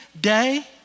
day